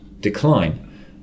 decline